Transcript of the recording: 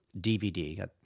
DVD